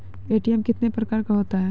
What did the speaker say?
ATM कितने प्रकार का होता हैं?